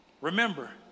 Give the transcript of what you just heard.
Remember